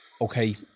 okay